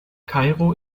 kairo